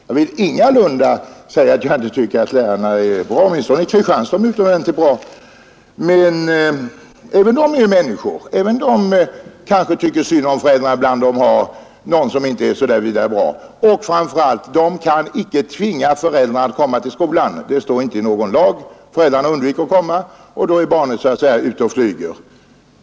Jag vill ingalunda säga någonting annat ån att lärarna är bra - i varje fall år de utomordentligt bra i Kristianstad - men även de är människor. De kanske ibland tycker synd om föräldrarna, om de hart nägon elev som inte är så särskilt bra Och framför allt: de kan inte tvinga föräldrarna att komma till skolan, Det star inte i någon lag at! föräldrarna maste komma. och om de da undviker att komma är barnet så att såga ute och ”flyger”.